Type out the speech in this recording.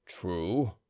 true